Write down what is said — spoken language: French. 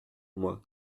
moi